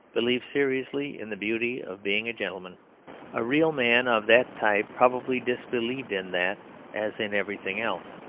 believes seriously in the beauty of being a gentleman a real man of that type probably disbelieved in that as in everything else.